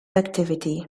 activity